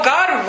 God